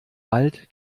bald